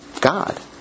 God